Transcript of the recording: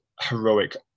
heroic